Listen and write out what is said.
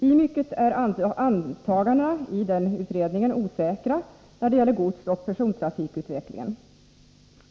I mycket är antagandena där osäkra när det gäller godsoch persontrafikutvecklingen.